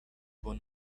one